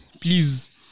Please